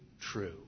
true